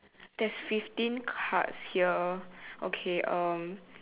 there's fifteen cards here okay um